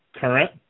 current